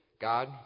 God